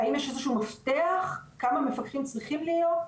האם יש איזה שהוא מפתח כמה מפקחים צריכים להיות?